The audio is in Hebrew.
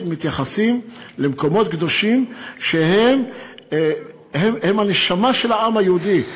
מתייחסים למקומות קדושים שהם הנשמה של העם היהודי,